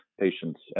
patients